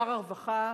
שר הרווחה